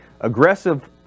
aggressive